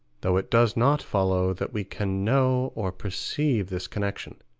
though it does not follow that we can know or perceive this connection